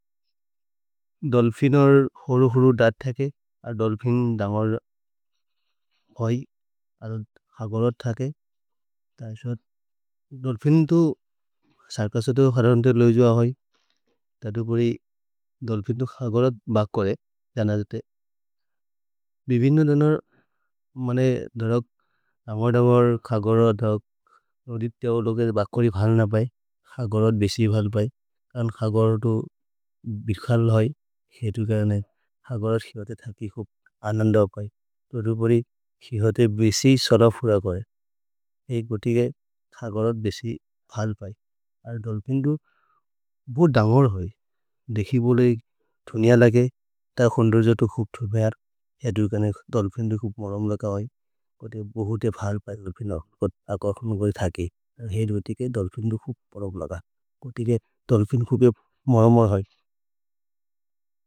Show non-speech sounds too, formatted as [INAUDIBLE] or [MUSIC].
दोल्फिन् और् हुरु हुरु दद् थके, और् दोल्फिन् दन्गर् [HESITATION] भै, और् खगरत् थके। दोल्फिन् [HESITATION] तु सर्कसो तो हरमन्तर् लोजुअ होइ। ततु परि दोल्फिन् तो खगरत् बकोरे जन जते। भिबिन्दु दनर्, [HESITATION] मने धरौक् दन्गर् दबर्, खगरत् धरौक्। अदित्य और् लोगदे बकोरि भल् न पये, खगरत् बेसि भल् पये। करन् खगरतु बिखल् होइ, हेरुगने खगरत् खिहते थके, खुब् अनन्दक् होइ। ततु परि खिहते बेसि सद फुर करे। हेरुगने खगरत् बेसि भल् पये। और् दोल्फिन् तु बोह् दन्गर् होइ। देखि बोले थुनिय लगे, त खन्द्रो जतो खुब् थुम्हे। हेरुगने दोल्फिन् तु खुब् मरम् लक होइ। कोते बोहुते भल् पये दोल्फिन् और् अकर् खुन्गरि थके। हेरुगने दोल्फिन् तु खुब् मरम् लक। कोते ले दोल्फिन् खुबे मरम् होइ।